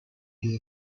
the